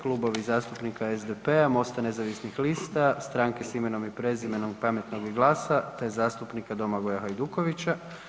Klubovi zastupnika SDP-a, MOST-a nezavisnih lista, Stranke s imenom i prezimenom, Pametnog i GLAS-a te zastupnika Domagoja Hajdukovića.